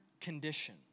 condition